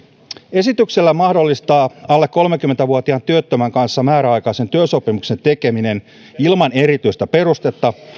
esityksellä mahdollistaa alle kolmekymmentä vuotiaan työttömän kanssa määräaikaisen työsopimuksen tekeminen ilman erityistä perustetta